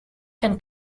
can